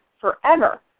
forever